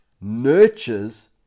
nurtures